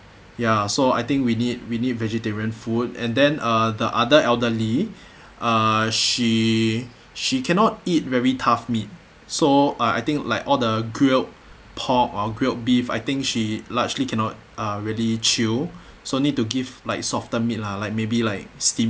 ya so I think we need we need vegetarian food and then uh the other elderly uh she she cannot eat very tough meat so uh I think like all the grilled pork or grilled beef I think she largely cannot uh really chew so need to give like softer meat lah like maybe like steam